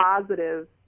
positive